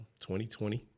2020